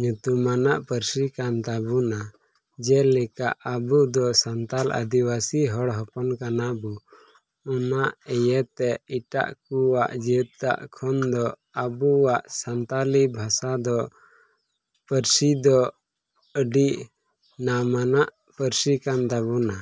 ᱧᱩᱛᱩᱢᱟᱱᱟᱜ ᱯᱟᱹᱨᱥᱤ ᱠᱟᱱ ᱛᱟᱵᱚᱱᱟ ᱡᱮᱞᱮᱠᱟ ᱟᱵᱚ ᱫᱚ ᱥᱟᱱᱛᱟᱞ ᱟᱹᱫᱤᱵᱟᱹᱥᱤ ᱦᱚᱲ ᱦᱚᱯᱚᱱ ᱠᱟᱱᱟ ᱵᱚᱱ ᱚᱱᱟ ᱤᱭᱟᱹᱛᱮ ᱮᱴᱟᱜ ᱠᱚᱣᱟᱜ ᱡᱟᱹᱛ ᱠᱷᱚᱱ ᱫᱚ ᱟᱵᱚᱣᱟᱜ ᱥᱟᱱᱛᱟᱞᱤ ᱵᱷᱟᱥᱟ ᱫᱚ ᱯᱟᱹᱨᱥᱤ ᱫᱚ ᱟᱹᱰᱤ ᱱᱟᱢ ᱟᱱᱟᱜ ᱯᱟᱹᱨᱥᱤ ᱠᱟᱱ ᱛᱟᱵᱚᱱᱟ